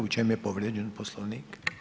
U čemu je povrijeđen Poslovnik?